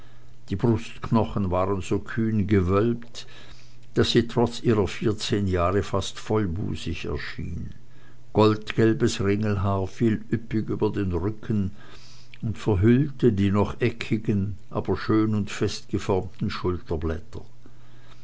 die brustknochen waren so kühn gewölbt daß sie trotz ihrer vierzehn jahre fast vollbusig schien goldgelbes ringelhaar fiel üppig über den rücken und verhüllte die noch eckigen aber schön und fest geformten